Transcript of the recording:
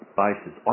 basis